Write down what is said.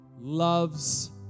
loves